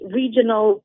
regional